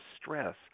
stress